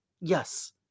yes